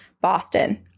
Boston